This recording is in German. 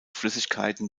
flüssigkeiten